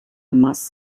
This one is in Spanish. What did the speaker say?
más